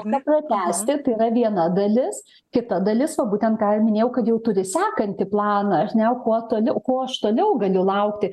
nepratęsti tai yra viena dalis kita dalis o būtent ką ir minėjau kad jau turi sekantį planą aš ne jau kuo toliau ko aš toliau galiu laukti